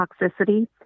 toxicity